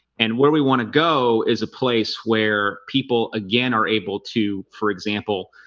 and where we want to go is a place where people again are able to for example